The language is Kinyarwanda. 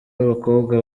b’abakobwa